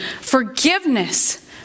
forgiveness